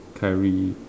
carry